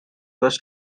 was